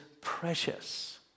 precious